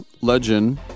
legend